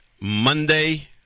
Monday